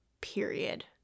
Period